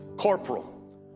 corporal